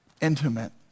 Intimate